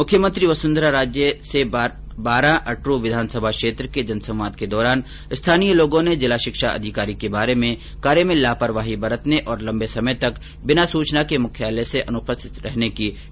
मुख्यमंत्री वसुन्धरा राजे से बारां अटरू विधानसभा क्षेत्र के जनसंवाद के दौरान स्थानीय लोगों ने जिला शिक्षा अधिकारी के बारे में कार्य में लापरवाही बरतने और लम्बे समय तक बिना सूचना के मुख्यालय से अनुपस्थित रहने की शिकायत की थी